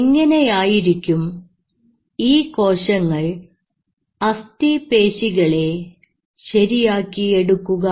എങ്ങനെയായിരിക്കും ഈ കോശങ്ങൾ അസ്ഥിപേശികളെ ശരിയാക്കി എടുക്കുക